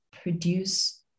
produce